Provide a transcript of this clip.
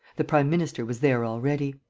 the prime minister was there already.